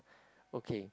okay